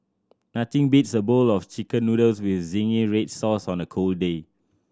nothing beats a bowl of Chicken Noodles with zingy red sauce on a cold day